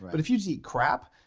but if you just eat crap,